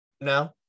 no